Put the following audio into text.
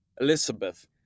Elizabeth